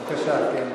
בבקשה.